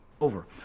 Over